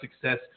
success